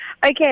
Okay